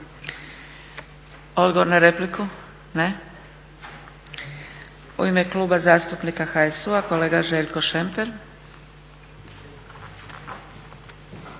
Odgovor na repliku? Ne. U ime Kluba zastupnika HSU-a kolega Željko Šemper.